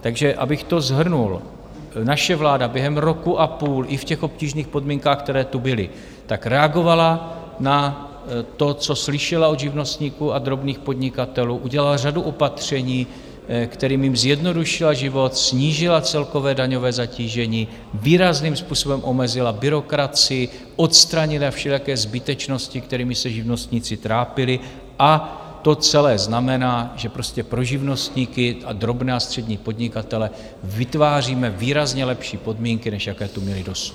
Takže abych to shrnul: naše vláda během roku a půl i v těch obtížných podmínkách, které tu byly, reagovala na to, co slyšela od živnostníků a drobných podnikatelů, udělala řadu opatření, kterými jim zjednodušila život, snížila celkové daňové zatížení, výrazným způsobem omezila byrokracii, odstranila všelijaké zbytečnosti, kterými se živnostníci trápili, a to celé znamená, že prostě pro živnostníky a drobné a střední podnikatele vytváříme výrazně lepší podmínky, než jaké tu měli dosud.